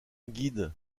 guide